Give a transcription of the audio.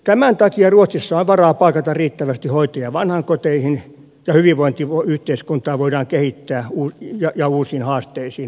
tämän takia ruotsissa on varaa palkata riittävästi hoitajia vanhainkoteihin ja hyvinvointiyhteiskuntaa voidaan kehittää ja uusiin haasteisiin voidaan vastata